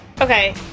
Okay